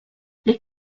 les